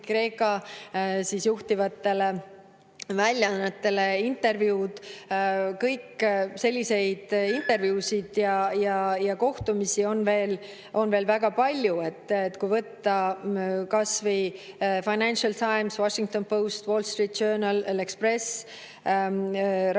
juhtivatele väljaannetele intervjuud. Selliseid intervjuusid ja kohtumisi on veel väga palju, kas või Financial Times, Washington Post, Wall Street Journal, L'Express, Radio